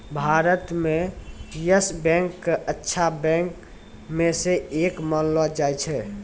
भारत म Yes Bank क अच्छा बैंक म स एक मानलो जाय छै